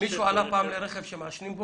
מישהו עלה פעם לרכב שמעשנים בו?